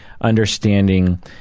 understanding